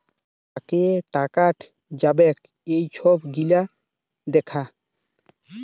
কাকে টাকাট যাবেক এই ছব গিলা দ্যাখা